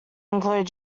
include